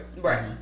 right